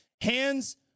Hands